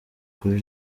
kuri